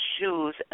shoes